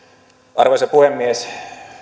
arvoisa puhemies